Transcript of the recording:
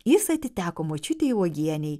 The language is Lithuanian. jis atiteko močiutei uogienei